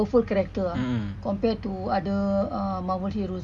powerful character ah compared to other marvel heroes ah